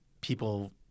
People